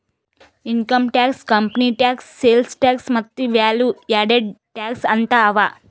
income tax, company tax, sales tax ಮತ್ತ value added tax ಅಂತ್ ಅವಾ